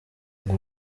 ngo